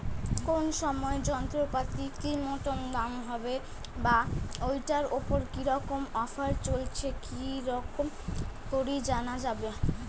কোন সময় যন্ত্রপাতির কি মতন দাম হবে বা ঐটার উপর কি রকম অফার চলছে কি রকম করি জানা যাবে?